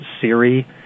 Siri